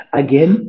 again